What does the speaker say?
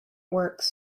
works